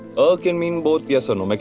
ah can mean both. yes or no! like